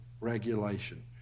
regulation